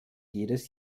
jedes